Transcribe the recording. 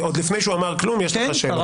עוד לפני שהוא אמר משהו, יש לך שאלות?